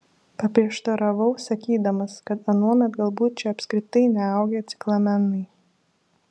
paprieštaravau sakydamas kad anuomet galbūt čia apskritai neaugę ciklamenai